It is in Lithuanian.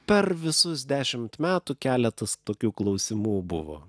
per visus dešimt metų keletas tokių klausimų buvo